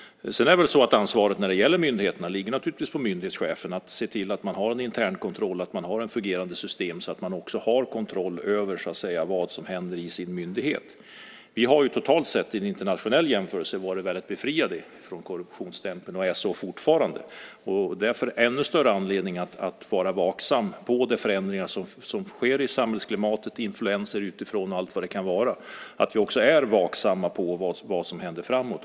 När det gäller myndigheterna ligger ansvaret naturligtvis på myndighetschefen att se till att man har en internkontroll och ett fungerande system så att man har kontroll över vad som händer i myndigheten. Vi har totalt sett, i internationell jämförelse, varit befriade från korruptionsstämpeln, och det är vi fortfarande. Därför finns det ännu större anledning att vara vaksam på de förändringar som sker i samhället med influenser utifrån och på vad som händer framåt.